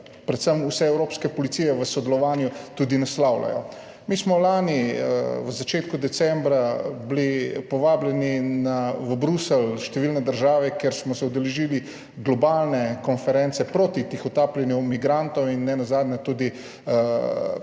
predvsem vse evropske policije v sodelovanju naslavljajo. Mi smo bili lani v začetku decembra povabljeni v Bruselj, številne države, kjer smo se udeležili globalne konference proti tihotapljenju migrantov. Tudi